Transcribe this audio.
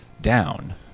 down